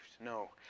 No